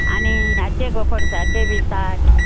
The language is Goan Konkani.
आनी हाचें गो पणसाचें बी साठ